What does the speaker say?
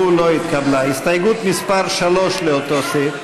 קסניה סבטלובה,